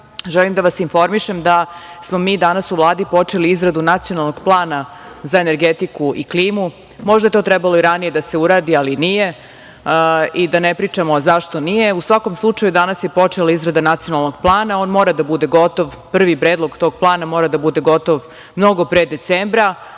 želim da vas informišem da smo mi danas u Vladi počeli izradu nacionalnog plana za energetiku i klimu. Možda je to trebalo i ranije da se uradi, ali nije i da ne pričamo zašto nije. U svakom slučaju, danas je počela izrada nacionalnog plana. On mora da bude gotov, prvi predlog tog plana mora da bude gotov mnogo pre decembra,